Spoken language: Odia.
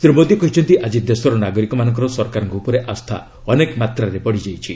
ଶ୍ରୀ ମୋଦୀ କହିଛନ୍ତି ଆଜି ଦେଶର ନାଗରିକମାନଙ୍କର ସରକାରଙ୍କ ଉପରେ ଆସ୍ଥା ଅନେକ ମାତ୍ରାରେ ବଢ଼ିଯାଇଛି